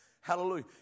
Hallelujah